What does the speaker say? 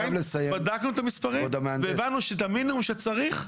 בדקנו את המספרים והבנו שאת המינימום שצריך,